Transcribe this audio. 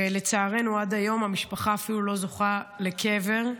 ולצערנו, עד היום המשפחה אפילו לא זוכה לקבר.